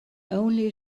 only